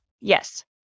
Yes